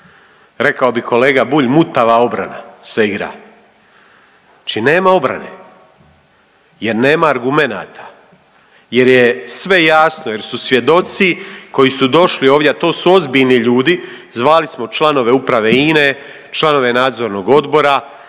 Rekao bi kolega Bulj mutava obrana se igra, znači nema obrane jer nema argumenata. Jer je sve jasno, jer su svjedoci koji su došli ovdje, a to su ozbiljni ljudi. Zvali smo članove uprave INA-e, članove Nadzornog odbora,